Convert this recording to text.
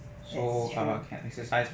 that's true